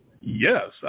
Yes